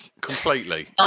Completely